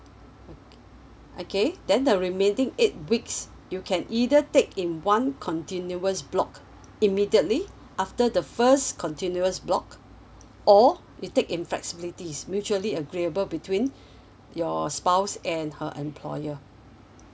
okay then the remaining eight weeks you can either take in one continuous block immediately after the first continuous block or you take in flexibility is mutually agreeable between your spouse and her employer